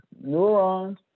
neurons